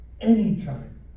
Anytime